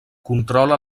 controla